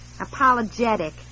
Apologetic